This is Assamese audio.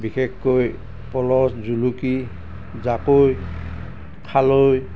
বিশেষকৈ পল' জুলুকি জাকৈ খালৈ